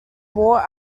war